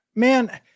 Man